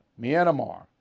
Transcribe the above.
Myanmar